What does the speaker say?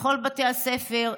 לכל בתי הספר,